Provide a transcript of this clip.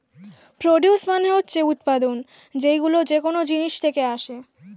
produce মানে হচ্ছে উৎপাদন, যেইগুলো যেকোন জিনিস থেকে আসে